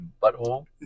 butthole